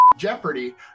Jeopardy